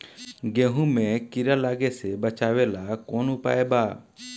गेहूँ मे कीड़ा लागे से बचावेला कौन उपाय बा?